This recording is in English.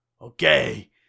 Okay